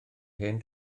hen